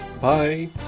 bye